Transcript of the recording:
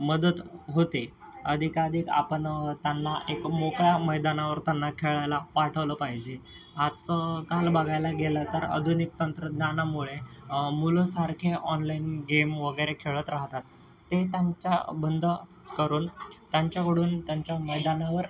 मदत होते अधिकाधिक आपण त्यांना एक मोकळ्या मैदानावर त्यांना खेळायला पाठवलं पाहिजे आजचं काल बघायला गेलं तर आधुनिक तंत्रज्ञानामुळे मुलं सारखी ऑनलाइन गेम वगैरे खेळत राहतात ते त्यांच्या बंद करून त्यांच्याकडून त्यांच्या मैदानावर